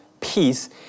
peace